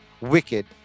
wicked